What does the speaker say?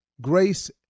grace